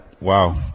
Wow